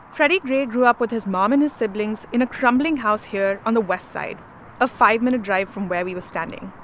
freddie gray grew up with his mom and his siblings in a crumbling house here on the west side a five minute drive from where we were standing.